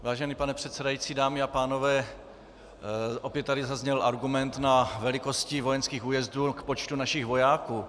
Vážený pane předsedající, dámy a pánové, opět tady zazněl argument velikosti vojenských újezdů k počtu našich vojáků.